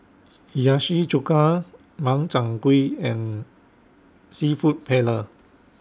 Hiyashi Chuka Makchang Gui and Seafood Paella